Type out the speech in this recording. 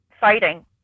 Fighting